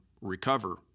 recover